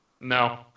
No